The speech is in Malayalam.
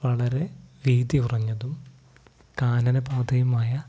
വളരെ വീതി കുറഞ്ഞതും കാനന പാതയുമായ